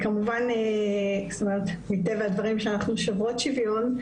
כמובן, מטבע הדברים שאנחנו שוברות שוויון,